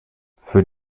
für